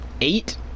Eight